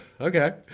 Okay